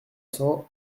cents